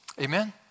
Amen